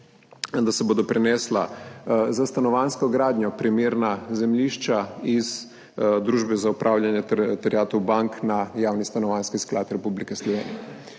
da se bodo prenesla za stanovanjsko gradnjo primerna zemljišča iz Družbe za upravljanje terjatev bank na Javni stanovanjski sklad Republike Slovenije.